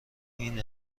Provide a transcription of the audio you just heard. این